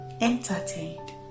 entertained